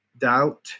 doubt